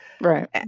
Right